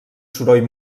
soroll